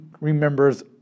remembers